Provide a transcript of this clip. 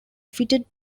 fitted